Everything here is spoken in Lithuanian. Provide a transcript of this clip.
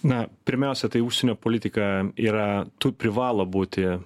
na pirmiausia tai užsienio politika yra tu privalo būti